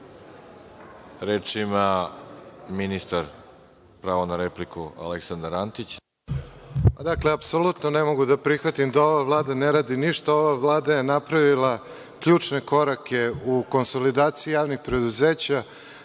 Aleksandar Antić, pravo na repliku. **Aleksandar Antić** Dakle, apsolutno ne mogu da prihvatim da ova Vlada ne radi ništa. Ova Vlada je napravila ključne korake u konsolidaciji javnih preduzeća.